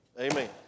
Amen